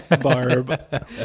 Barb